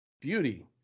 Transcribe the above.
Beauty